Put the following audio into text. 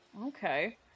Okay